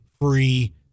free